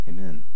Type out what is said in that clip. Amen